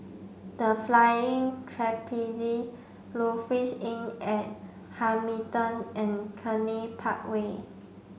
The Flying Trapeze Lofi Inn at Hamilton and Cluny Park Way